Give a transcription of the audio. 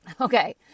Okay